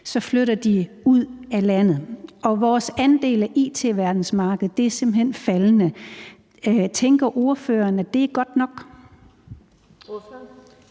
så flytter de ud af landet. Og vores andel af it-verdensmarkedet er simpelt hen faldende. Tænker ordføreren, det er godt nok?